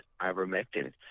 ivermectin